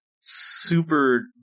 super